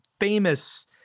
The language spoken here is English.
famous